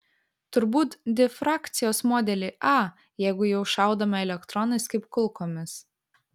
turbūt difrakcijos modelį a jeigu jau šaudome elektronais kaip kulkomis